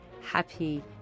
happy